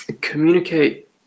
communicate